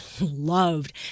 loved